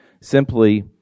Simply